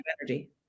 energy